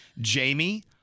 Jamie